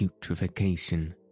putrefaction